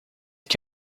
que